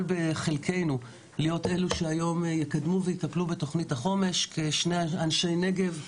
בחלקנו להיות אלה שיקדמו ויטפלו בתוכנית החומש כשני אנשי נגב.